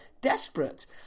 desperate